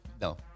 No